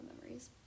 memories